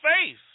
faith